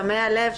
תמי הלב,